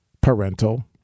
parental